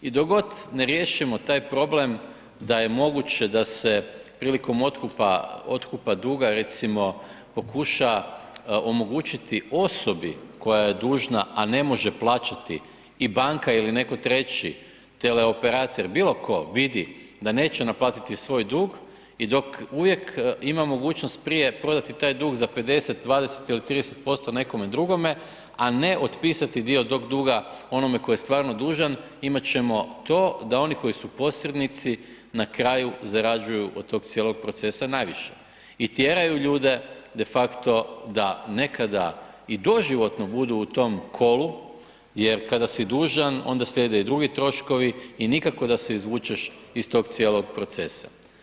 I dok god ne riješimo taj problem da je moguće da se prilikom otkupa duga recimo pokuša omogućiti osobi koja je dužna a ne može plaćati i banka ili netko treći, teleoperater, bilo tko, vidi da neće naplatiti svoj dug i dok uvijek ima mogućnost prije prodati taj dug za 50, 20 ili 30% nekome drugome, a ne otpisati dio tog duga onome koji je stvarno dužan, imat ćemo to da oni koji su posrednici na kraju zarađuju od tog cijelog procesa najviše i tjeraju ljude defakto da nekada i doživotno budu u tom kolu jer kada si dužan onda slijede i drugi troškovi i nikako da se izvučeš iz tog cijelog procesa.